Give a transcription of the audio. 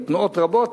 בתנועות רבות,